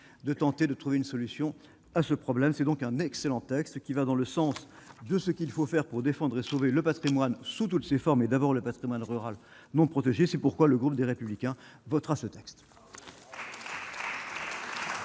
de tenter de trouver une solution à ce problème, c'est donc un excellent texte qui va dans le sens de ce qu'il faut faire pour défendre et sauver le Patrimoine sous toutes ses formes, et d'abord le Patrimoine rural non-protégé, c'est pourquoi le groupe des Républicains votera ce texte.